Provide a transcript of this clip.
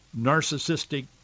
narcissistic